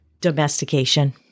domestication